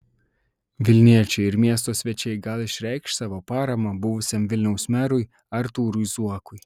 vilniečiai ir miesto svečiai gal išreikš savo paramą buvusiam vilniaus merui artūrui zuokui